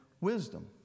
wisdom